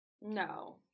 No